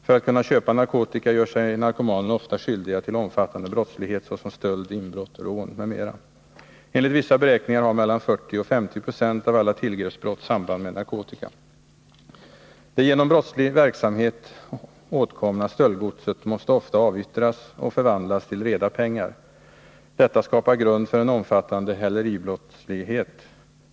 För att kunna köpa narkotika gör sig narkomanerna ofta skyldiga till omfattande brottslighet, såsom stöld, inbrott, rån m.m. Enligt vissa beräkningar har mellan 40 och 50 22 av alla tillgreppsbrott samband med narkotika. Det genom brottslig verksamhet åtkomna stöldgodset måste ofta avyttras och förvandlas till reda pengar. Detta skapar grund för en omfattande häleribrottslighet.